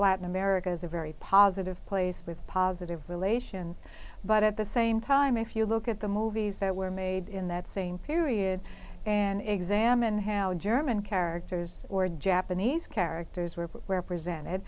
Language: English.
latin america as a very positive place with positive relations but at the same time if you look at the movies that were made in that same period and examine how german characters or japanese characters were represented